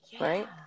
right